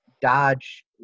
dodge